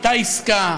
הייתה עסקה,